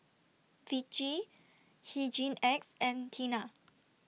Vichy Hygin X and Tena